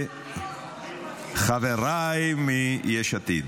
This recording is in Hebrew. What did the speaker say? חבריי מיש עתיד,